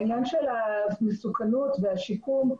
העניין של המסוכנות והשיקום,